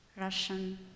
Russian